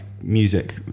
music